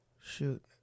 Shoot